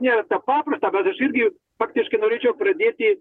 nėra tą paprasta bet aš irgi praktiškai norėčiau pradėti